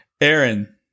Aaron